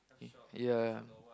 eh ya